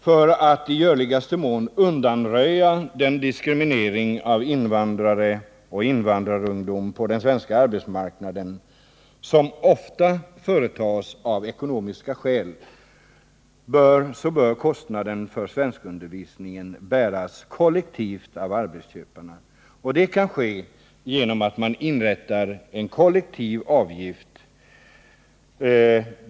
För att man i görligaste mån skall kunna undanröja den diskriminering av invandrare och invandrarungdom på den svenska arbetsmarknaden som ofta förekommer av ekonomiska skäl, bör kostnaderna för svenskundervisningen bäras kollektivt av arbetsköparna. Det kan ske genom att man inrättar en kollektiv avgift.